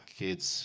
kids